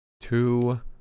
two